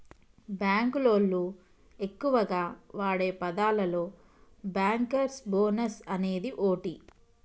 బాంకులోళ్లు ఎక్కువగా వాడే పదాలలో బ్యాంకర్స్ బోనస్ అనేది ఓటి